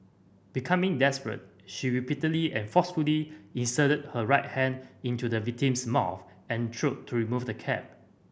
becoming desperate she repeatedly and forcefully inserted her right hand into the victim's mouth and throat to remove the cap